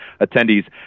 attendees